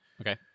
Okay